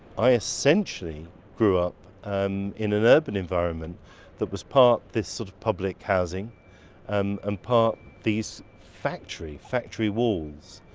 i essentially grew up um in an urban environment that was part this sort of public housing and um um part these factory factory walls.